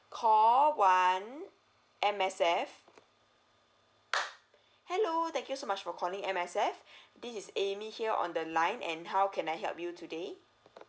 call one M_S_F hello thank you so much for calling M_S_F this is A M Y here on the line and how can I help you today